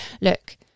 Look